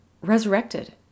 resurrected